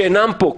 שאינם פה,